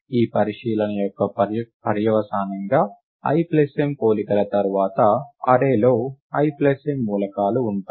ఈ పరిశీలన యొక్క పర్యవసానంగా l ప్లస్ m పోలికల తర్వాత అర్రే లో l ప్లస్ m మూలకాలు ఉంటాయి